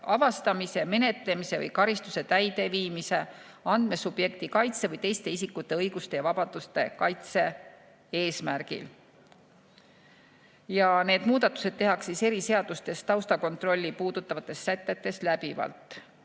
avastamise ja menetlemise või karistuse täideviimise ning andmesubjekti kaitse või teiste isikute õiguste ja vabaduste kaitse eesmärgil. Need muudatused tehakse eri seadustes taustakontrolli puudutavates sätetes läbivalt: